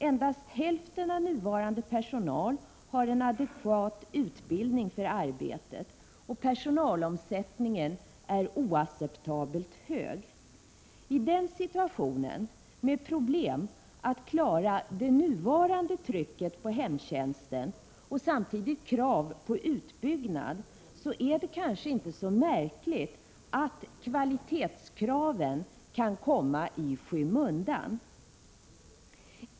Endast hälften av dem som för närvarande är anställda har adekvat utbildning för arbetet, och personalomsättningen är oacceptabelt hög. I den situationen — med problem att klara nuvarande tryck på hemtjänsten och samtidigt klara krav på en utbyggnad — är det kanske inte så märkligt att kvalitetskraven kan komma i skymundan.